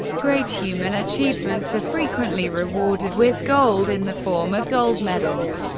great human achievements are frequently rewarded with gold, in the form of gold medals,